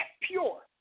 pure